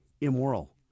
immoral